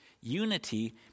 unity